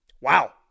Wow